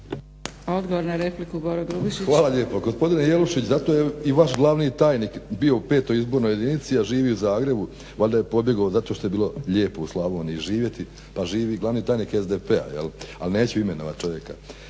**Grubišić, Boro (HDSSB)** Hvala lijepo. Gospodine Jelušić zato je i vaš glavni tajnik bio u 5. izbornoj jedinici a živi u Zagrebu, valjda je pobjegao zato što je bilo lijepo u Slavoniji živjeti, pa živi glavni tajnik SDP-a jel, ali neću imenovati čovjeka.